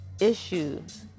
issues